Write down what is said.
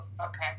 okay